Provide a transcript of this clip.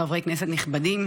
חברי כנסת נכבדים,